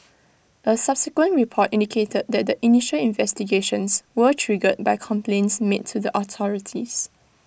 A subsequent report indicated that the initial investigations were triggered by complaints made to the authorities